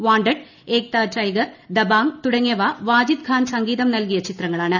wanted Ek Tha Tiger Dabangg തുട്ടങ്ങിയവ വാജിദ് ഖാൻ സംഗീതം നൽകിയ ചിത്രങ്ങളാണ്